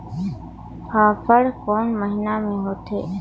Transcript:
फाफण कोन महीना म होथे?